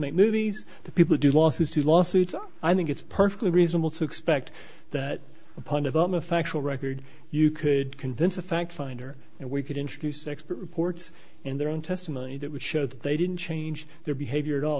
make movies the people do lawsuits to lawsuits i think it's perfectly reasonable to expect that a pun of um a factual record you could convince a fact finder and we could introduce expert reports and their own testimony that would show that they didn't change their behavior at all